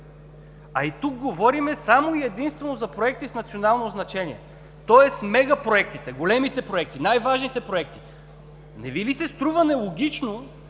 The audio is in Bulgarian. а и тук говорим само и единствено за проекти с национално значение – мегапроектите, големите проекти, най-важните проекти. Не Ви ли се струва нелогично